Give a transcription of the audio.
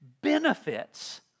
benefits